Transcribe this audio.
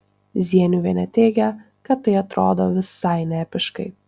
zieniuvienė teigia kad tai atrodo visai neepiškai